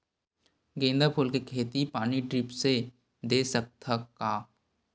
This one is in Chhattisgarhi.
गेंदा फूल के खेती पानी ड्रिप से दे सकथ का?